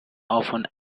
often